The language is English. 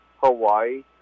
Hawaii